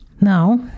Now